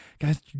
guys